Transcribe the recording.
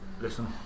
listen